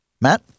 Matt